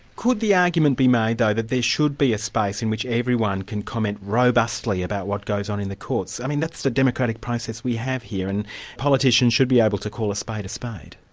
could the argument be made though that there should be a space in which everyone can comment robustly about what goes on in the courts? i mean that's the democratic process we have here, and politicians should be able to call a spade a spade.